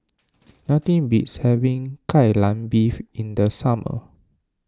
nothing beats having Kai Lan Beef in the summer